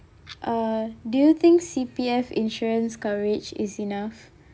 uh do you think C_P_F insurance coverage is enough